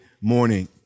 morning